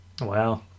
Wow